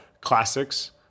classics